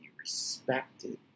respected